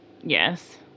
Yes